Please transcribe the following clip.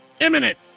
imminent